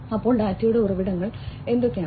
അപ്പോൾ ഡാറ്റയുടെ ഉറവിടങ്ങൾ എന്തൊക്കെയാണ്